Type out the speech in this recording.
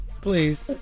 Please